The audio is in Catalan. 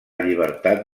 llibertat